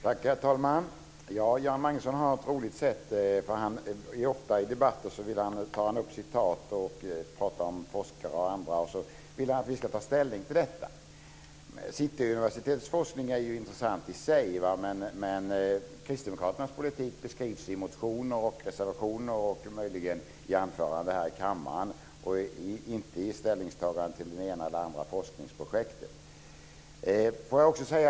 Herr talman! Göran Magnusson har ett roligt sätt att debattera. Han tar ofta upp citat och pratar om forskare och andra och vill att vi ska ta ställning till detta. Cityuniversitetets forskning är intressant i sig, men Kristdemokraternas politik beskrivs i motioner och reservationer och möjligen i anföranden här i kammaren och inte i ställningstaganden till det ena eller det andra forskningsprojektet.